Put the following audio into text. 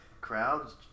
Crowds